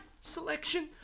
selection